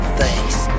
face